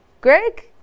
greg